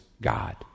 God